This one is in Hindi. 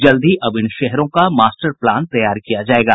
जल्द ही अब इन शहरों का मास्टर प्लान तैयार किया जायेगा